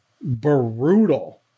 brutal